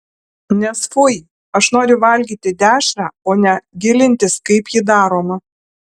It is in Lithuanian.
nes fui aš noriu valgyti dešrą o ne gilintis kaip ji daroma